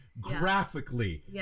graphically